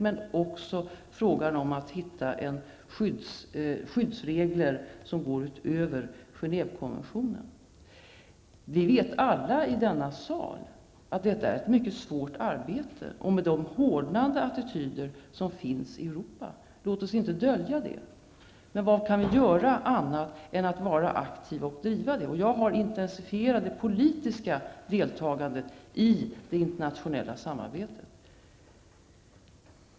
Det gäller även frågan om att hitta skyddsregler som går utöver Genèvekonventionen. Alla i denna sal vet att detta är ett mycket svårt arbete med de hårdnande attityder som finns i Europa. Låt oss inte dölja det. Vi kan inte göra någonting annat än att vara aktiva och driva detta. Jag har intensifierat det politiska deltagandet i det internationella samarbetet.